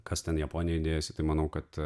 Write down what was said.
kas ten japonijoj dėjosi tai manau kad